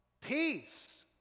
Peace